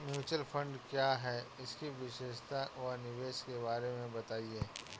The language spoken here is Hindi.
म्यूचुअल फंड क्या है इसकी विशेषता व निवेश के बारे में बताइये?